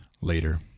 later